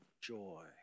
joy